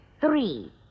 Three